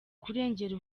kurengera